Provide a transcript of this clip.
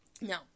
No